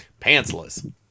Pantsless